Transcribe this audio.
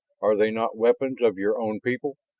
are they not weapons of your own people?